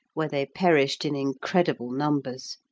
where they perished in incredible numbers.